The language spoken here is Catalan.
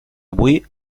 avui